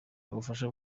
ububasha